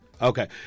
okay